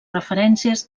referències